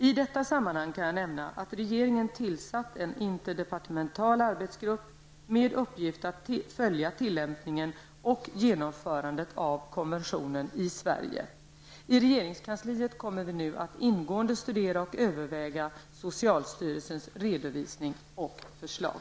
I detta sammanhang kan jag nämna att regeringen tillsatt en interdepartemental arbetsgrupp med uppgift att följa tillämpningen och genomförandet av konventionen i Sverige. I regeringskansliet kommer vi nu att ingående studera och överväga socialstyrelsens redovisning och förslag.